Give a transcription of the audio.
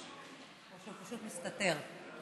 או שהוא פשוט מסתתר?